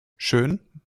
schön